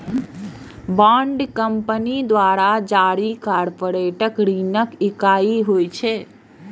bond company द्वारा जारी corporate ऋणक इकाइ होइ छै